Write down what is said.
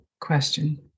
question